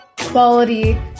quality